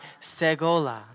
segola